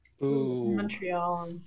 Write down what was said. Montreal